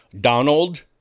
Donald